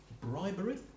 bribery